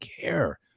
care